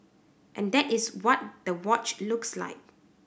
and that is what the watch looks like